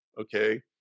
Okay